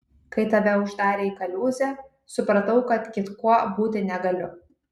kai tave uždarė į kaliūzę supratau kad kitkuo būti negaliu